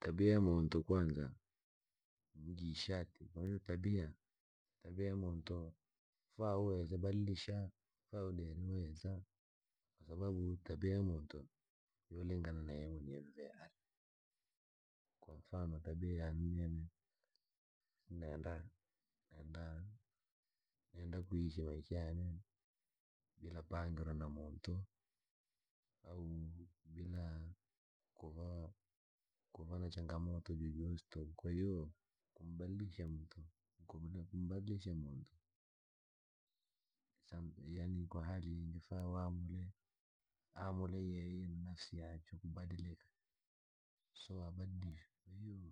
Tabia ya muntu kwanza ni ji ishati kwa hiyo tabia tabia ya muuntu fa uweze badilisha, fa udireweza. kwasababu tabia ya muntu yolingana na ye mwenevyo vye are. Kwa mfano tabia yane nenda nenda nenda kuishi maisha yane bila pangirwa na muntu au bila kuoa na changamoto jojori tuku. kwahiyo, kumbadilisha muntu, kumbadilisha muntu yaani kwa hali ingefaa waamule, aamule yeye ni nafsi yaachwe kubadilika. Soo abadilishwe. Kwahiyo,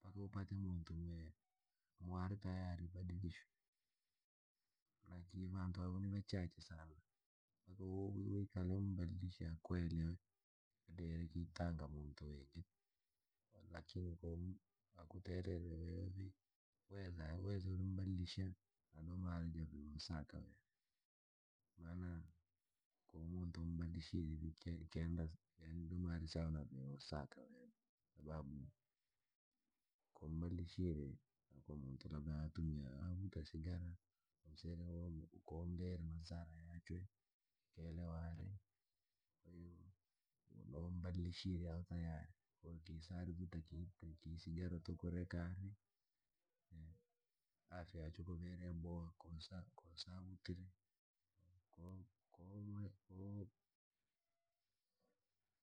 mpaka upate muntu mwa watayari kubalishwe, na kii vande va chache sana, mpkaka mwikale ubadilishe akuelewe. Dera kitanga muntu wengi, lakini kwakutererevi weza huweza na ubadilishe ndiomaana ulusaka vere. Maana ku muntu mbadilishie, ndoomana uluasaka vire. Kwamaana ku muntu ubadilshe vi kenda ndio maana sawa nisaka hela. Kwasababu, kumbadilishie kwa muntu labda hatumia sigara au kuongea masaa yaachwe. Ubadilishie adha yale ya kuvuta kitu kutorekari. Afya ya chokovere boha kosa kosa utire.